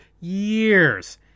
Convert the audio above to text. years